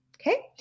okay